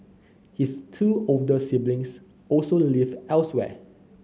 his two older siblings also live elsewhere